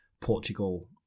Portugal